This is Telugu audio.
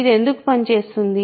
ఇది ఎందుకు పనిచేస్తుంది